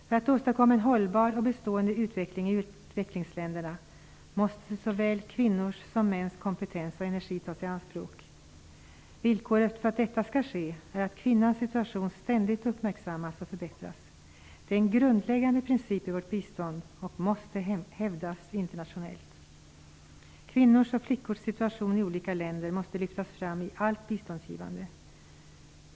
För att åstadkomma en hållbar och bestående utveckling i utvecklingsländerna måste såväl kvinnors som mäns kompetens och energi tas i anspråk. Villkoret för att detta skall ske är att kvinnans situation ständigt uppmärksammas och förbättras. Det är en grundläggande princip i vårt bistånd, och den måste hävdas internationellt. Kvinnors och flickors situation i olika länder måste lyftas fram i allt biståndsgivande.